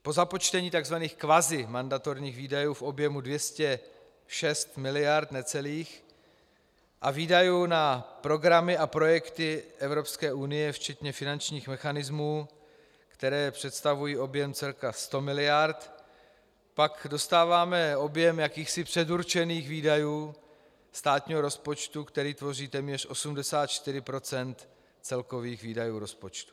Po započtení takzvaných kvazimandatorních výdajů v objemu necelých 206 miliard a výdajů na programy a projekty Evropské unie včetně finančních mechanismů, které představují objem cca 100 miliard, pak dostáváme objem jakýchsi předurčených výdajů státního rozpočtu, který tvoří téměř 84 % celkových výdajů rozpočtu.